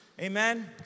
amen